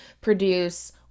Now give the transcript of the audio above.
produce